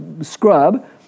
scrub